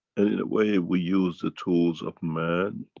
and in a way we use the tools of man.